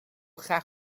graag